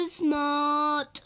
smart